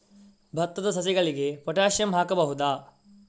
ಭತ್ತದ ಸಸಿಗಳಿಗೆ ಪೊಟ್ಯಾಸಿಯಂ ಹಾಕಬಹುದಾ?